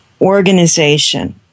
Organization